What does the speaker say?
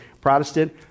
Protestant